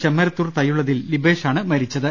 ചെമ്മരത്തൂർ തയ്യുള്ളതിൽ ലിബേഷ് ആണ് മരിച്ചത്